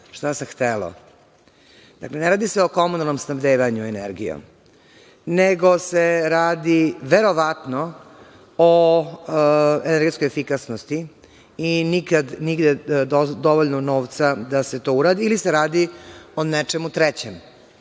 šta se htelo. Dakle, ne radi se o komunalnom snabdevanju energijom, nego se radi verovatno o energetskoj efikasnosti i nikad nije dovoljno novca da se to uradi ili se radi o nečemu trećem. Pošto